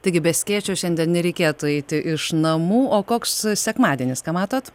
taigi be skėčio šiandien nereikėtų eiti iš namų o koks sekmadienis ką matot